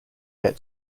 get